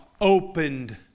opened